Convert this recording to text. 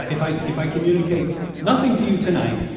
if i if i communicate nothing to you tonight,